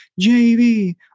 JV